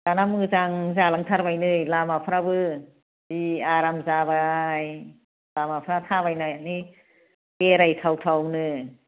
दाना मोजां जालांथारबायनो लामाफ्राबो जि आराम जाबाय लामाफ्रा थाबायनानै बेरायथाव थावनो